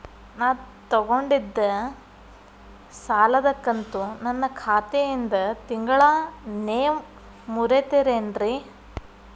ನಾ ತೊಗೊಂಡಿದ್ದ ಸಾಲದ ಕಂತು ನನ್ನ ಖಾತೆಯಿಂದ ತಿಂಗಳಾ ನೇವ್ ಮುರೇತೇರೇನ್ರೇ?